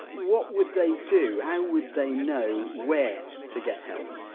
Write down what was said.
what would they do, how would they know where to get help?